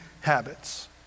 Habits